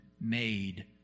made